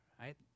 Right